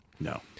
No